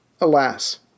Alas